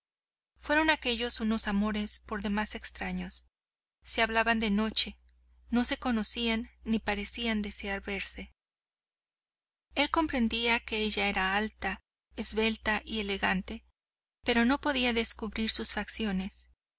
fueron aquellos unos amores por demás extraños se hablaban de noche no se conocían ni parecían desear verse él comprendía que ella era alta esbelta y elegante pero no podía descubrir sus facciones